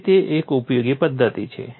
તેથી તે એક ઉપયોગી પદ્ધતિ છે